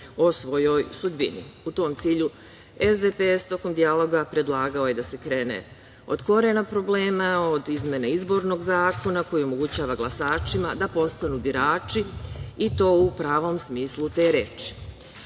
o svojoj sudbini. U tom cilju SDPS tokom dijaloga predlagao je da se krene od korena problema, od izmene izbornog zakona koji omogućava glasačima da postanu birači i to u pravom smislu te reči. Nadam